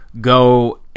go